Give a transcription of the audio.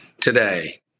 Today